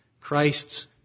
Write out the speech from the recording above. Christ's